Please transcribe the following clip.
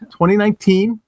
2019